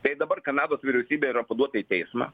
tai dabar kanados vyriausybė yra paduota į teismą